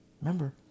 Remember